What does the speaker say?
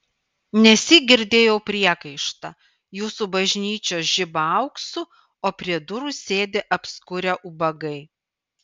nesyk girdėjau priekaištą jūsų bažnyčios žiba auksu o prie durų sėdi apskurę ubagai